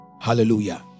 Hallelujah